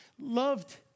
Loved